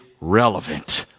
relevant